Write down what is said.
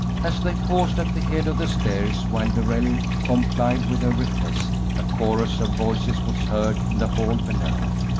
as they paused at the head of the stairs while darrell complied with her request, a chorus of voices was heard in the hall below.